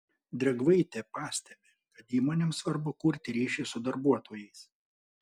drėgvaitė pastebi kad įmonėms svarbu kurti ryšį su darbuotojais